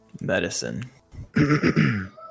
Medicine